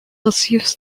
receives